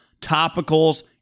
topicals